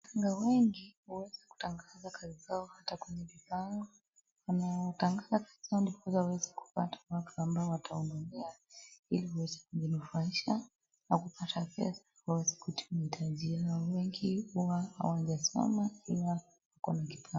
waganga wengi huweza kutangaza kazi zao hata kwenye mibango na hutangaza ili kupata watu ambao watawahudumia ili waweze kujinufaisha au kupata pesa ili waweze kupata mahitaji yao wengi wao huwa hawajasoma